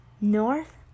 north